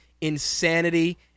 insanity